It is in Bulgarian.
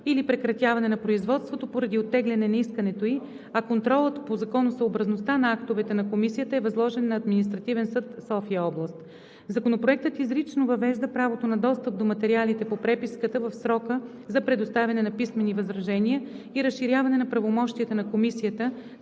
или прекратяване на производството поради оттегляне на искането, а контролът по законосъобразността на актовете на Комисията е възложен на Административен съд – София област. Законопроектът изрично въвежда правото на достъп до материалите по преписката в срока за предоставяне на писмени възражения и разширяване на правомощията на Комисията,